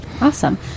Awesome